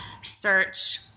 search